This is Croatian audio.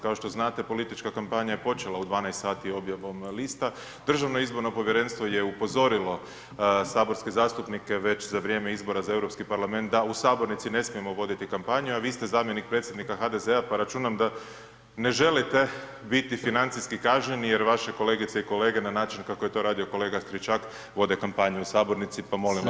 Kao što znate politička kampanja je počela u 12 sati objavom lista, DIP je upozorilo saborske zastupnike već za vrijeme izbora za Europski parlament da u sabornici ne smijemo voditi kampanju, a vi ste zamjenik predsjednika HDZ-a, pa računam da ne želite biti financijski kažnjeni jer vaše kolegice i kolege na način kako je to radio kolega Stričak vode kampanju u sabornici, pa molim vas.